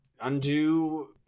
undo